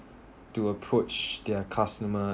to approach their costumer